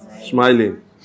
Smiling